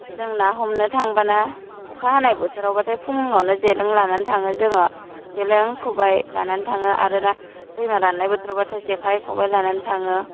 जों ना हमनो थांबाना अखा हानाय बोथोराव बाथाय फुंआवनो जेलों लानानै थाङो जोङो जेलों ख'बाइ लानान थाङो आरोना दैमा राननाय बोथोर बाथाय जेखाइ ख'बाइ लानानै थाङो